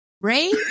Ray